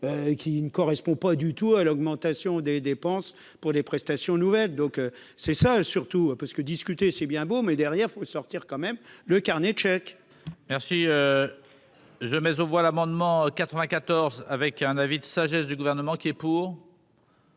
qui ne correspond pas du tout à l'augmentation des dépenses pour les prestations nouvelles, donc c'est ça surtout parce que discuter, c'est bien beau, mais derrière faut sortir quand même, le carnet de chèques. Merci je mais aux voix l'amendement 94 avec un avis de sagesse du gouvernement qui est. Pour.